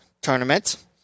tournament